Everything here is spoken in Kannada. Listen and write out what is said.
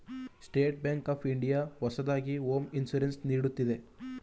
ಸ್ಟೇಟ್ ಬ್ಯಾಂಕ್ ಆಫ್ ಇಂಡಿಯಾ ಹೊಸದಾಗಿ ಹೋಂ ಇನ್ಸೂರೆನ್ಸ್ ನೀಡುತ್ತಿದೆ